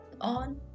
on